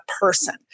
person